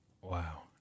Wow